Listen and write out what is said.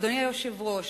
אדוני היושב-ראש,